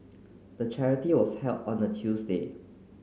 the charity was held on a Tuesday